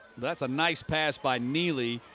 that's a nice pass by kneelly.